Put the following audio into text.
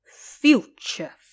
Future